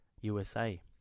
USA